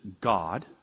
God